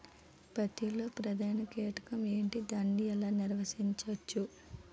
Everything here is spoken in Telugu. పత్తి లో ప్రధాన కీటకం ఎంటి? దాని ఎలా నీవారించచ్చు?